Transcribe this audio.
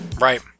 Right